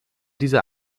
diese